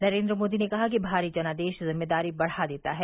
नरेंद्र मोदी ने कहा कि भारी जनादेश जिम्मेदारी बढ़ा देता है